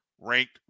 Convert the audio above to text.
ranked